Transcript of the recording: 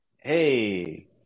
hey